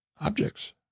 Objects